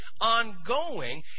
ongoing